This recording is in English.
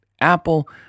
Apple